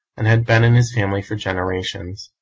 and had been in his family for generations.